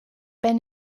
been